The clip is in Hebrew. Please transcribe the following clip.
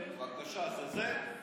בבקשה, זה זה?